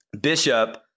Bishop